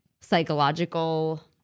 psychological